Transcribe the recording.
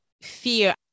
fear